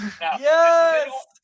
Yes